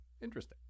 Interesting